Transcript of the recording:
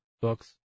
books